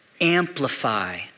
amplify